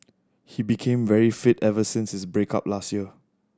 he became very fit ever since his break up last year